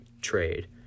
trade